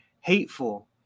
hateful